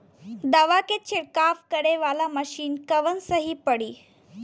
दवा के छिड़काव करे वाला मशीन कवन सही पड़ी?